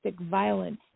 violence